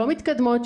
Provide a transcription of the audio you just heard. שלא מתקדמות,